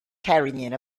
carrying